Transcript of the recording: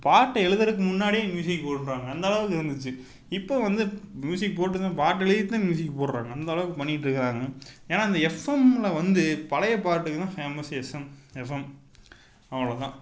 பாட்டு எழுதறத்துக்கு முன்னாடியே மியூசிக் போடுறாங்க அந்த அளவுக்கு இருந்துச்சு இப்போ வந்து மியூசிக் போட்டுதான் பாட்டு எழுதிவிட்டுதான் மியூசிக் போடுறாங்க அந்த அளவுக்கு பண்ணிக்கிட்டுருக்காங்க ஏனால் அந்த எஃப்எம்மில் வந்து பழையபாட்டுக்குத்தான் ஃபேமஸ் எஸ்எம் எஃப்எம் அவ்வளவுதான்